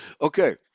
okay